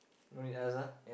only us ah